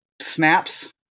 snaps